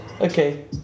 Okay